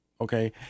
Okay